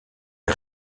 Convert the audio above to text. est